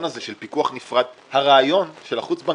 הזה של פיקוח נפרד - הרעיון של החוץ-בנקאיים